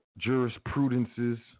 jurisprudences